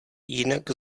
jinak